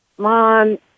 Mom